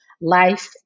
life